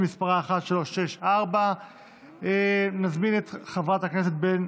שמספרה 1364. נזמין את חברת הכנסת יעל